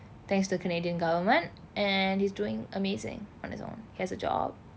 thanks to canadian government and he's doing amazing on his own as a job